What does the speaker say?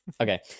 okay